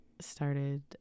started